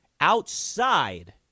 outside